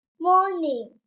morning